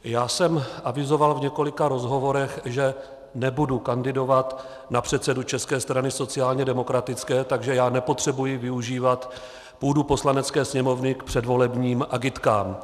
Já jsem avizoval v několika rozhovorech, že nebudu kandidovat na předsedu České strany sociálně demokratické, takže já nepotřebuji využívat půdu Poslanecké sněmovny k předvolebním agitkám.